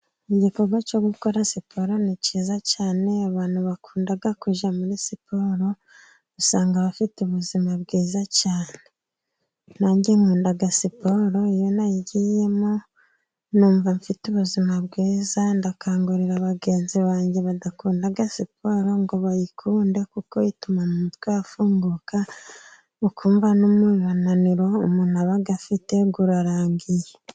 Igikorwa cyo gukora siporo ni cyiza cyane abantu bakunda kujya muri siporo usanga bafite ubuzima bwiza cyane. Nanjye nkunda siporo iyo nayigiyemo numva mfite ubuzima bwiza ndakangurira bagenzi banjye badakunda siporo ngo bayikunde kuko ituma mu mutwe hafunguka ukumva n'umunaniro umuntu aba afite urarangiye.